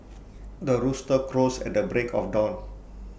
the rooster crows at the break of dawn